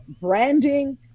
branding